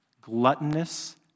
gluttonous